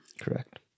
Correct